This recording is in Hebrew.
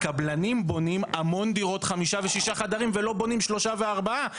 הקבלנים בונים המון דירות חמישה ושישה חדרים ולא בונים שלושה וארבעה.